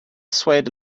swayed